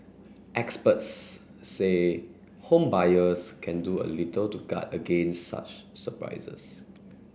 experts say home buyers can do a little to guard against such surprises